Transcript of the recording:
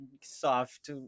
soft